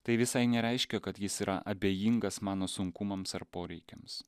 tai visai nereiškia kad jis yra abejingas mano sunkumams ar poreikiams